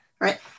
Right